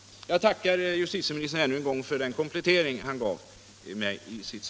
Jag tackar justitieministern ännu en gång för den komplettering han gav i sitt svar.